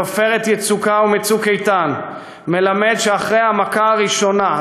מ"עופרת יצוקה" ומ"צוק איתן" מלמד שאחרי המכה הראשונה,